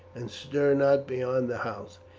and stir not beyond the house.